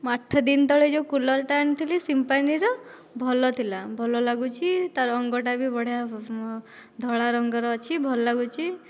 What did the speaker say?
ମୁଁ ଆଠଦିନ ତଳେ ଯେଉଁ କୁଲର୍ଟା ଆଣିଥିଲି ସିମ୍ଫୋନିର ଭଲ ଥିଲା ଭଲ ଲାଗୁଛି ତା ରଙ୍ଗଟା ବି ବଢ଼ିଆ ଧଳା ରଙ୍ଗର ଅଛି ଭଲ ଲାଗୁଛି